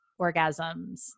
orgasms